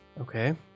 Okay